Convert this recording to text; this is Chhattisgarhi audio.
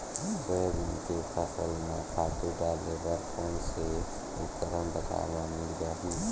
सोयाबीन के फसल म खातु डाले बर कोन से उपकरण बजार म मिल जाहि?